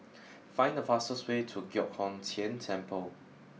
find the fastest way to Giok Hong Tian Temple